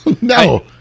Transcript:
no